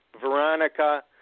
Veronica